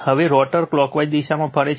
હવે rotor clockwise દિશામાં ફરે છે